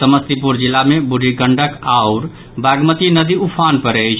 समस्तीपुर जिला मे बूढ़ी गंडक आओर बागमती नदी उफान पर अछि